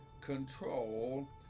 control